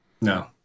No